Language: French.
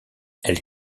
elle